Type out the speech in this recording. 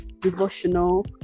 devotional